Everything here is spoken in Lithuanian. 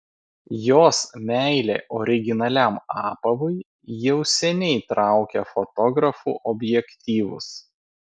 jos meilė originaliam apavui jau seniai traukia fotografų objektyvus